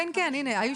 --- כן, כן.